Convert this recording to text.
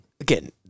again